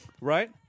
right